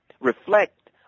reflect